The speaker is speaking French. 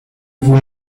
vous